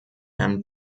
herrn